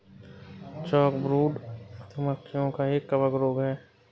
chalkbrood, मधु मक्खियों का एक कवक रोग है